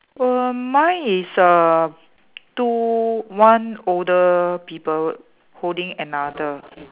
well mine is a two one older people holding another